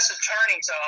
Attorney's